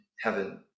heaven